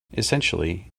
essentially